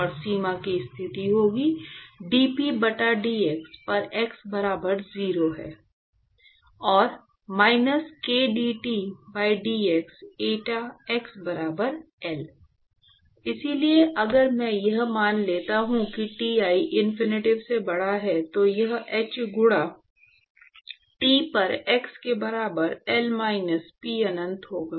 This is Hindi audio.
और सीमा की स्थिति होगी dp बटा dx पर x बराबर 0 है 0 और minus kdT by dx at x बराबर L इसलिए अगर मैं यह मान लेता हूं कि T1 टिनफिनिटी से बड़ा है तो यह h गुणा T पर x के बराबर L माइनस p अनंत होगा